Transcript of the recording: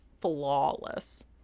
flawless